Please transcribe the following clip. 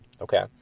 Okay